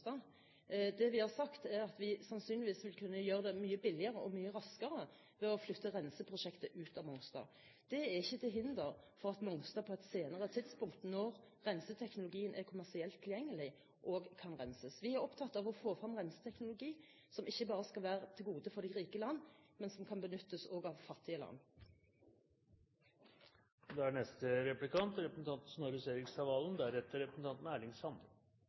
Mongstad. Det vi har sagt, er at vi sannsynligvis ville kunne gjøre det mye billigere og mye raskere ved å flytte renseprosjektet ut av Mongstad. Det er ikke til hinder for at man på et senere tidspunkt – når renseteknologien er kommersielt tilgjengelig – også kan rense på Mongstad. Vi er opptatt av å få frem en renseteknologi som ikke bare skal være et gode for rike land, men som kan benyttes også av fattige land. Den glideflukten representanten Marthinsen beskrev i forrige replikk, er